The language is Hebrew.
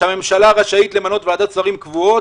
שהממשלה רשאית למנות ועדת שרים קבועות,